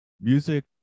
music